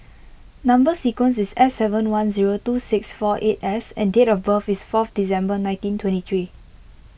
Number Sequence is S seven one zero two six four eight S and date of birth is fourth December nineteen twenty three